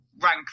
rank